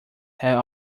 have